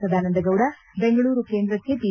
ಸದಾನಂದ ಗೌಡ ಬೆಂಗಳೂರು ಕೇಂದ್ರಕ್ಕೆ ಪಿ